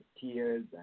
tears